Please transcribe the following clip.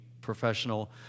Professional